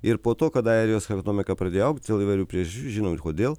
ir po to kada airijos ekonomika pradėjo augt dėl įvairių priežasčių žinom ir kodėl